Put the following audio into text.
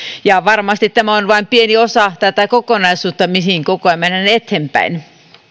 ja varmasti tämä on vain pieni osa tätä kokonaisuutta missä koko ajan mennään eteenpäin